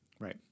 Right